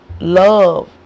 love